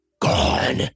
Gone